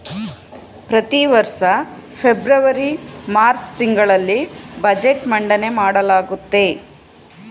ಪ್ರತಿವರ್ಷ February March ತಿಂಗಳಲ್ಲಿ budget ಮಂಡನೆ ಮಾಡಲಾಗುತ್ತೆ